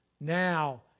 now